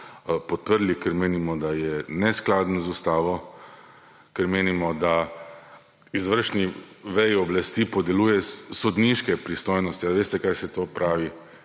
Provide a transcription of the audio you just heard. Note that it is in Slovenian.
podprli, ker menimo, da je neskladen z Ustavo, ker menimo, da izvršni veji oblasti podeljuje sodniške pristojnosti. A veste, kaj se to pravi?